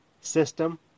system